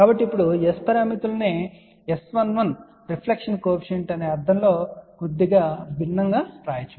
కాబట్టి ఇప్పుడు ఈ S పారామితులను S11 రిఫ్లెక్షన్ కోఎఫిషియంట్ అనే అర్థంలో కొద్దిగా భిన్నమైన రీతిలో వ్రాయవచ్చు